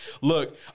Look